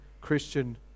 Christian